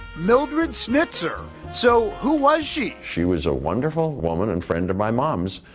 mildred snitzer. so who was she? she was a wonderful woman and friend of my mom's,